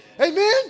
Amen